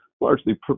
largely